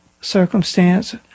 circumstance